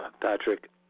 Patrick